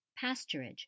Pasturage